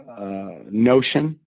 notion